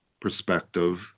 perspective